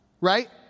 Right